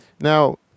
Now